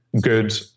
good